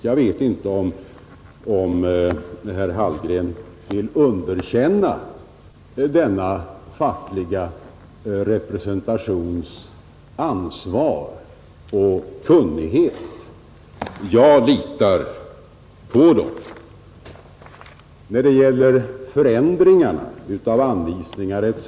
Jag vet inte om herr Hallgren vill underkänna dessa fackliga representanters ansvar och kunnighet; jag litar på dem. När det gäller förändringarna av anvisningar etc.